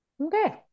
Okay